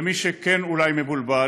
למי שכן אולי מבולבל,